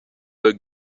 were